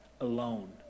alone